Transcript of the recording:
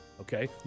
okay